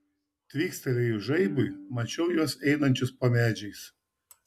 tvykstelėjus žaibui mačiau juos einančius po medžiais